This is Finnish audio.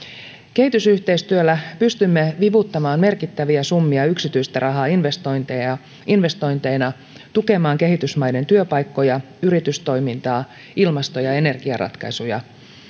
kehitysyhteistyöllä pystymme vivuttamaan merkittäviä summia yksityistä rahaa investointeina tukemaan kehitysmaiden työpaikkoja yritystoimintaa ilmasto ja energiaratkaisuja